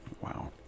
wow